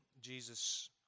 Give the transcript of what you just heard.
Jesus